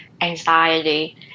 anxiety